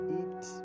eat